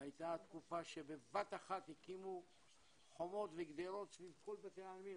והייתה תקופה שבבת אחת הקימו חומות וגדרות סביב כל בתי העלמין,